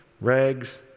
rags